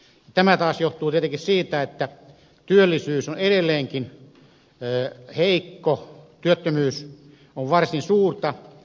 tämä taas johtuu tietenkin siitä että työllisyys on edelleenkin heikko työttömyys on varsin suurta